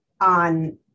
on